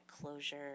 closure